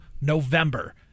November